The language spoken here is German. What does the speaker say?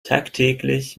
tagtäglich